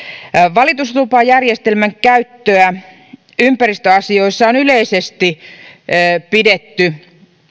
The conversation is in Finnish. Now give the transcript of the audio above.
valituslupajärjestelmän käyttöä ympäristöasioissa on yleisesti pidetty